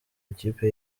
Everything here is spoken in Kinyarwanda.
ikipe